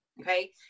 Okay